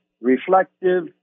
reflective